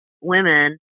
women